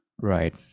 right